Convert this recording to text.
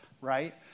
right